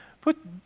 Put